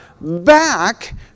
back